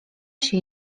się